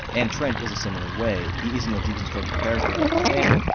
and trent is a similar way. he isn't a deconstructive character like nathaniel,